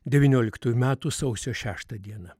devynioliktųjų metų sausio šeštą dieną